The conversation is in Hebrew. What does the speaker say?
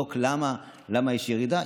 לבדוק למה יש ירידה.